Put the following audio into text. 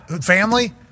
Family